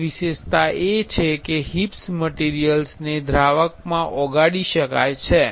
એક વિશેષતા એ છે કે HIPS મટીરિયલ ને દ્રાવકમાં ઓગળી શકાય છે